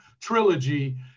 trilogy